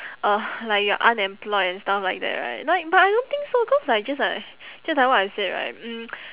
uh like you are unemployed and stuff like that right like but I don't think so cause like just like just like what I said right mm